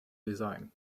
design